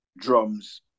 drums